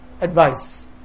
advice